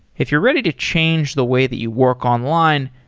if you're ready to change the way that you work online,